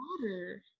water